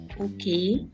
Okay